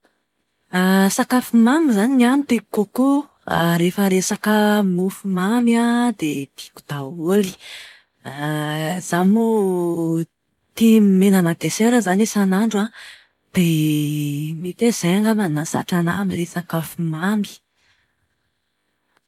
Sakafo mamy izany ny ahy no tiako kokoa rehefa resaka mofomamy an, dia tiako daholo. Izaho moa tia mihinana desera izany isan'andro an, dia mety hoe izay angamba no mahazatra anahy amin'ilay sakafo mamy.